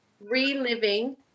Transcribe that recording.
reliving